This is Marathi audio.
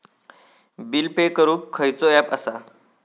बिल पे करूक खैचो ऍप असा?